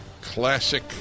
classic